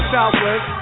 Southwest